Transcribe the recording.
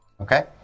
Okay